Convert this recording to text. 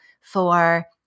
for-